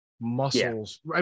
muscles